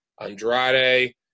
Andrade